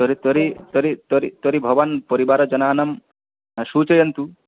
तर् तर्हि तर्हि तर्हि तर्हि भवान् परिवारजनानां सूचयन्तु